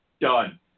Done